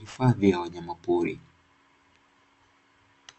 hifadhi ya wanyama pori.